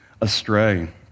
astray